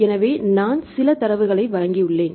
எனவே நான் சில தரவுகளை வழங்கியுள்ளேன்